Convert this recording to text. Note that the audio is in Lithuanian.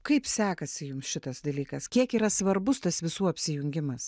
kaip sekasi jums šitas dalykas kiek yra svarbus tas visų apsijungimas